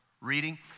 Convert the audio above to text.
reading